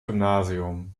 gymnasium